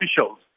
officials